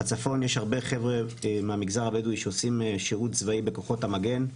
בצפון יש הרבה חבר'ה מהמגזר הבדואי שעושים שירות צבאי בכוחות המגן.